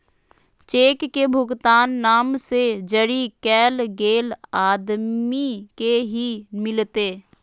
cheque के भुगतान नाम से जरी कैल गेल आदमी के ही मिलते